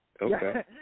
Okay